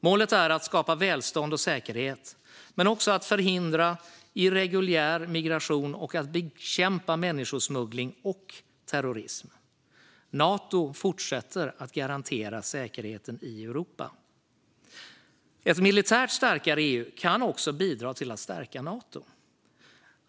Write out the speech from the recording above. Målet är att skapa välstånd och säkerhet men också att förhindra irreguljär migration och att bekämpa människosmuggling och terrorism. Nato fortsätter att garantera säkerheten i Europa. Ett militärt starkare EU kan också bidra till att stärka Nato.